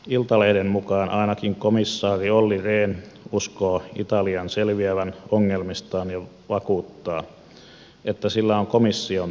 iltalehden mukaan ainakin komissaari olli rehn uskoo italian selviävän ongelmistaan ja vakuuttaa että sillä on komission tuki taustallaan